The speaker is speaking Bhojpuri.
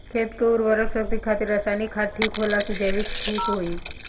खेत के उरवरा शक्ति खातिर रसायानिक खाद ठीक होला कि जैविक़ ठीक होई?